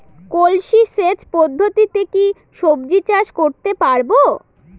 কলসি সেচ পদ্ধতিতে কি সবজি চাষ করতে পারব?